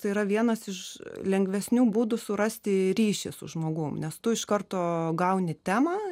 tai yra vienas iš lengvesnių būdų surasti ryšį su žmogum nes tu iš karto gauni temą